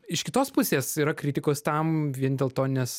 iš kitos pusės yra kritikos tam vien dėl to nes